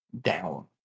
down